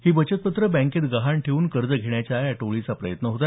ही बचत पत्रं बँकेत गहाण ठेऊन कर्ज घेण्याच्या या टोळाचा प्रयत्न होता